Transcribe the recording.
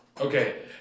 Okay